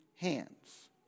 Hands